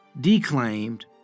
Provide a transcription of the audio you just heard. declaimed